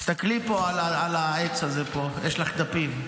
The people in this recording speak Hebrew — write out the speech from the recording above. תסתכלי על העץ הזה פה, יש לך דפים.